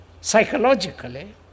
psychologically